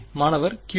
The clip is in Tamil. மாணவர் கீழே